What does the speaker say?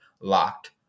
LOCKED